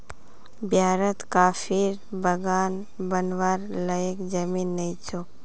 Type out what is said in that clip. बिहारत कॉफीर बागान बनव्वार लयैक जमीन नइ छोक